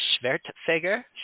Schwertfeger